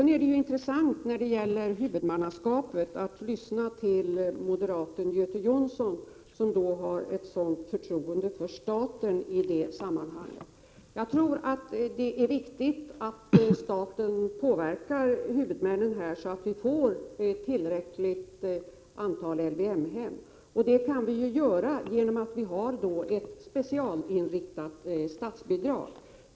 När det gäller huvudmannaskapet är det intressant att lyssna till moderaten Göte Jonsson som har ett så stort förtroende för staten i sammanhanget. Jag tror att det är riktigt att staten får påverka huvudmännen, så att vi får ett tillräckligt antal LVM-hem. Det kan vi göra genom ett specialinriktat statsbidrag.